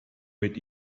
mit